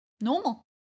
normal